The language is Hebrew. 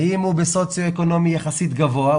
אם הוא סוציו אקונומי יחסית גבוה,